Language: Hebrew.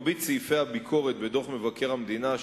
מרבית סעיפי הביקורת בדוח מבקר המדינה,